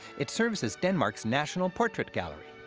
it serves as denmark's national portrait gallery.